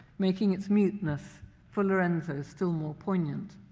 making its muteness for lorenzo still more poignant.